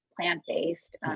plant-based